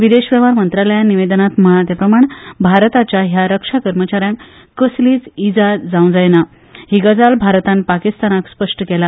विदेश वेव्हार मंत्रालयान निवेदनात म्हळा ते प्रमाण भारताच्या ह्या रक्षा कर्मचाऱ्याक कसलीच ईजा जांव जायना ही गजाल भारतान पाकिस्तानाक स्पश्ट केल्या